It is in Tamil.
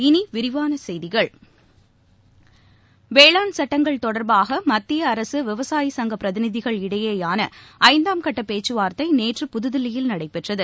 இனி விரிவான செய்திகள் வேளாண் சட்டங்கள் தொடர்பாக மத்திய அரசு விவசாயி சங்க பிரதிநிதிகள் இடையேயான ஐந்தாம் கட்ட பேச்சுவார்த்தை நேற்று புதுதில்லியில் நடைபெற்றது